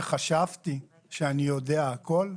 כשחשבתי שאני יודע הכול,